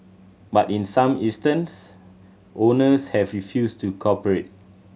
but in some instance owners have refused to cooperate